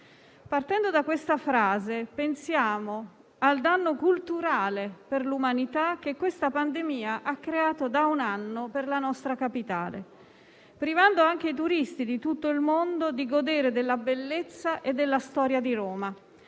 Partendo da questa frase pensiamo al danno culturale per l'umanità che questa pandemia sta creando da un anno alla nostra capitale, privando anche i turisti di tutto il mondo della possibilità di godere della bellezza e della storia di Roma.